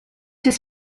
his